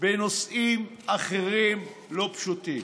בנושאים אחרים לא פשוטים.